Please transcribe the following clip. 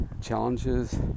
Challenges